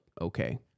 okay